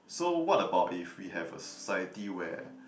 so what about if we have a society where